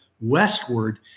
westward